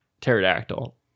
Pterodactyl